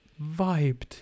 vibed